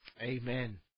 Amen